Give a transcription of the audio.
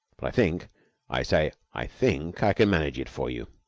but i think i say i think i can manage it for you.